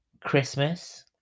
Christmas